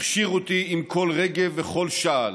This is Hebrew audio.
הכשיר אותי עם כל רגב וכל שעל,